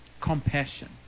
Compassion